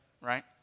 right